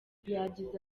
yagize